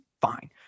fine